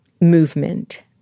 movement